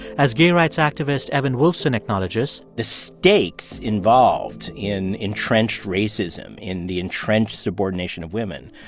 as gay rights activist evan wolfson acknowledges the stakes involved in entrenched racism, in the entrenched subordination of women,